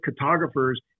cartographers